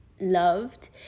loved